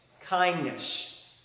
kindness